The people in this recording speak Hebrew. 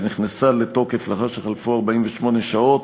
שנכנסה לתוקף לאחר שחלפו 48 שעות